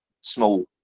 small